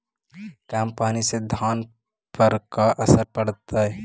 कम पनी से धान पर का असर पड़तायी?